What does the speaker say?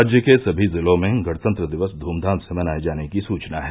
राज्य के सभी जिलों में गणतंत्र दिवस ध्मधाम से मनाये जाने की सूचना है